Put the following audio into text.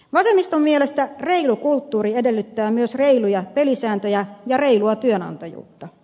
vasemmiston mielestä reilu kulttuuri edellyttää myös reiluja pelisääntöjä ja reilua työnantajuutta